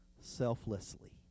selflessly